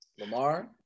Lamar